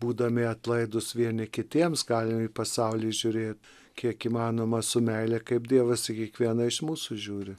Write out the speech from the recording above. būdami atlaidūs vieni kitiems galim į pasaulį žiūrėt kiek įmanoma su meile kaip dievas į kiekvieną iš mūsų žiūri